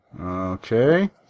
okay